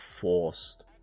forced